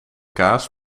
kaas